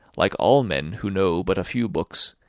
like all men who know but a few books,